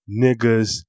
niggas